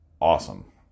awesome